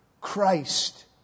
Christ